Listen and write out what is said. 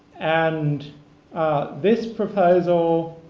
and this proposal,